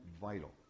vital